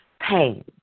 pain